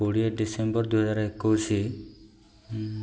କୋଡ଼ିଏ ଡିସେମ୍ବର ଦୁଇହଜାର ଏକୋଇଶି